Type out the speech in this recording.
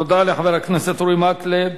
תודה לחבר הכנסת אורי מקלב.